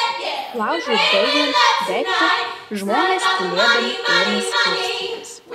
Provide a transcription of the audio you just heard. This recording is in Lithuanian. laužui baigiant degti žmonės tylėdami ėmė skirstytis